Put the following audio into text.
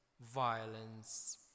violence